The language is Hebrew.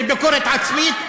וביקורת עצמית,